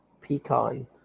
pecan